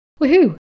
woohoo